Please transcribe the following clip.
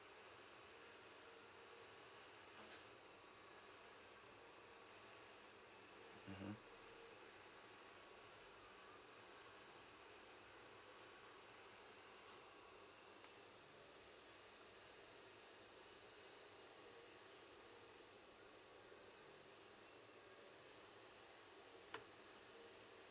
mmhmm